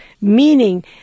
meaning